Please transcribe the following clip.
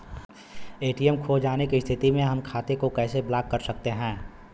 ATM खो जाने की स्थिति में हम खाते को कैसे ब्लॉक कर सकते हैं?